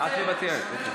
את מוותרת.